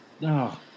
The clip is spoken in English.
No